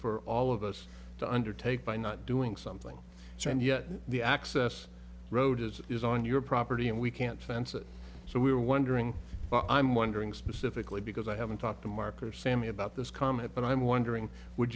for all of us to undertake by not doing something so and yet the access road as it is on your property and we can't fence it so we're wondering i'm wondering specifically because i haven't talked to mark or sammy about this comment but i'm wondering would